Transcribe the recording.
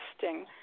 testing